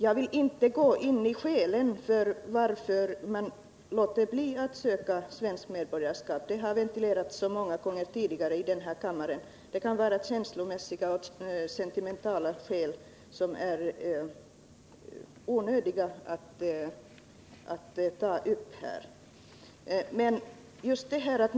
Jag vill inte gå in på skälen till att man låter bli att söka svenskt medborgarskap — de har ventilerats så många gånger tidigare här i kammaren. Det kan vara känslomässiga och sentimentala skäl som det är onödigt att här ta upp.